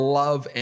love